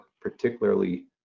particularly